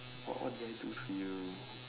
what what did I do to you